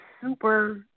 super